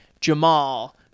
Jamal